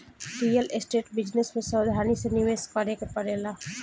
real estate business में सावधानी से निवेश करे के पड़ेला